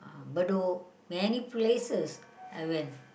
Bedok many places I went